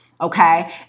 Okay